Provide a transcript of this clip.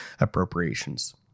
appropriations